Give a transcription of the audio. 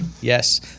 Yes